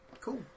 Cool